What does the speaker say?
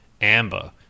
amber